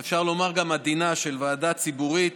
ואפשר לומר גם עדינה, של ועדה ציבורית,